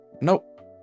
nope